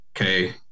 okay